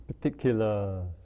particular